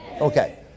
Okay